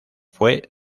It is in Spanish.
fue